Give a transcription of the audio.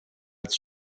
als